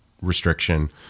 restriction